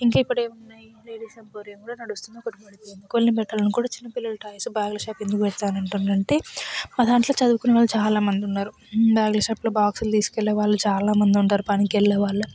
ఇంకా ఇప్పుడు ఏం ఉన్నాయి లేడీస్ ఎంపోరియం కూడా నడుస్తుంది కొన్ని బట్టలు చిన్నపిల్లల టాయ్స్ బ్యాగుల షాపు ఎందుకు పెడతాను అంటున్నా అంటే మా దాంట్లో చదువుకునేవాళ్ళు చాలామంది ఉన్నారు బ్యాగులషాపులో బాక్సులు తీసుకు వెళ్ళే వాళ్ళు చాలామంది ఉంటారు పనికి వెళ్ళేవాళ్ళు